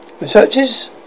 researchers